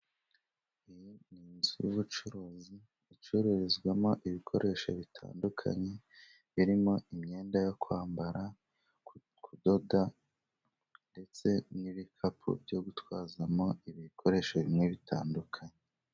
Iyi ni inzu y'ubucuruzi icururizwamo ibikoresho bitandukanye, birimo imyenda yo kwambara, kudoda ndetse n'ibikapu byo gutwazamo ibikoresho bimwe bitandukanye.